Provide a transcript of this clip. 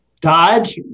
Dodge